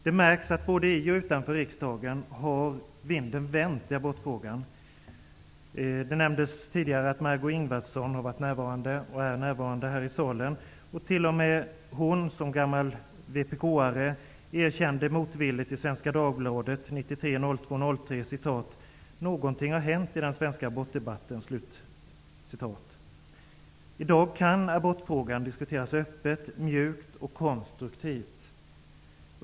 Det märks både i och utanför riksdagen att vinden har vänt i abortfrågan. Det nämndes tidigare att Margó Ingvardsson är närvarande hör i kammaren. T.o.m. hon som gammal vpk:are erkände motvilligt i Svenska Dagbladet den 3 februari 1993: ''Någonting har hänt i den svenska abortdebatten.'' I dag kan abortfrågan diskuteras öppet, mjukt och konstruktivt.